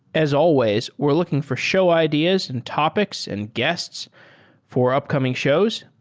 as always, we're looking for show ideas, and topics, and guests for upcoming shows.